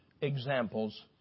examples